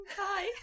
Hi